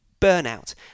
burnout